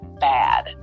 bad